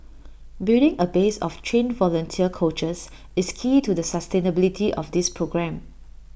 building A base of trained volunteer coaches is key to the sustainability of this programme